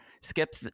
Skip